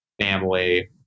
family